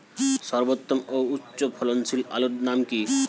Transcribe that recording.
সর্বোত্তম ও উচ্চ ফলনশীল আলুর নাম কি?